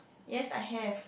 yes I have